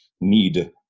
need